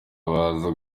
baza